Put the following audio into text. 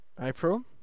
April